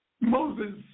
Moses